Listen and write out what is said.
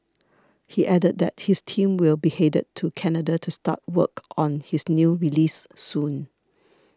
he added that his team will be headed to Canada to start work on his new release soon